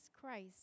Christ